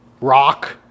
rock